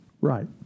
Right